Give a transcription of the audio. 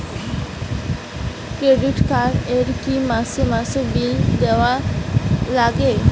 Credit card এ কি মাসে মাসে বিল দেওয়ার লাগে?